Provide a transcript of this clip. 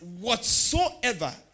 whatsoever